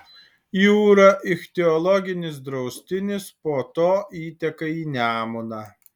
jūra ichtiologinis draustinis po to įteka į nemuną